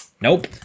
nope